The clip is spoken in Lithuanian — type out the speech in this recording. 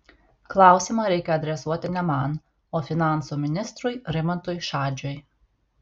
klausimą reikia adresuoti ne man o finansų ministrui rimantui šadžiui